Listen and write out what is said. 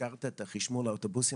הזכרת את חשמול האוטובוסים,